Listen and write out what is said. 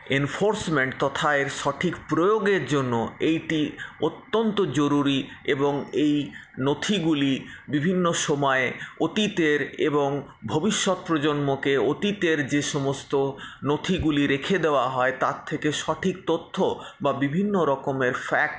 enforcement তথা এর সঠিক প্রয়োগের জন্য এইটি অত্যন্ত জরুরী এবং এই নথিগুলি বিভিন্ন সময়ের অতীতের এবং ভবিষ্যত প্রজন্মকে অতীতের যে সমস্ত নথিগুলি রেখে দেওয়া হয় তার থেকে সঠিক তথ্য বা বিভিন্ন রকমের ফ্যাক্ট